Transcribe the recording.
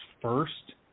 first